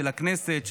של הכנסת,